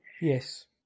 yes